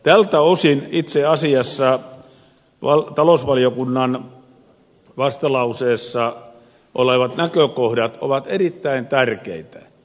tältä osin itse asiassa talousvaliokunnan vastalauseessa olevat näkökohdat ovat erittäin tärkeitä